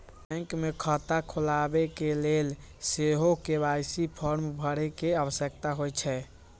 bank मे खता खोलबाबेके लेल सेहो के.वाई.सी फॉर्म भरे के आवश्यकता होइ छै